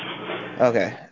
Okay